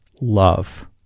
love